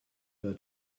her